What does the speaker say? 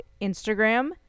instagram